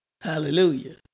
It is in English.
Hallelujah